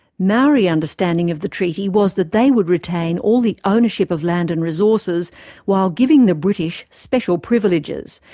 maori understanding of the treaty was that they would retain all the ownership of land and resources while giving the british special privileges.